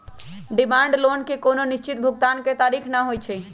demand loan के कोनो निश्चित भुगतान के तारिख न होइ छइ